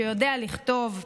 שיודע לכתוב,